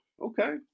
Okay